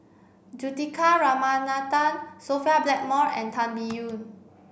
Juthika Ramanathan Sophia Blackmore and Tan Biyun